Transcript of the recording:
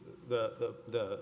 the the